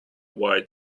white